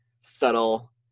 subtle